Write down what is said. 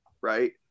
right